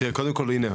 קודם כל הנה,